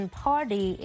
party